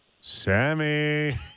Sammy